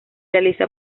realiza